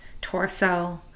torso